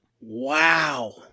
Wow